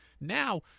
now